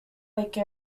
lake